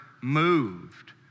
moved